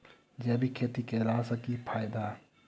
जैविक खेती केला सऽ की फायदा?